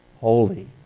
holy